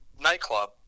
nightclub